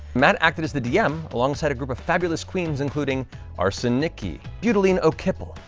matt acted as the dm alongside a group of fabulous queens including arson nicki, butylene o'kipple,